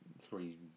three